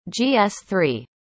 GS3